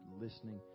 listening